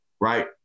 right